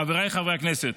חבריי חברי הכנסת,